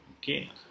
okay